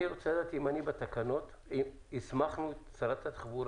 אני רוצה לדעת אם בתקנות הסמכנו את שרת התחבורה,